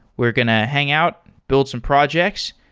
we're going to hang out, build some projects,